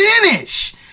finish